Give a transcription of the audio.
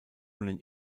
den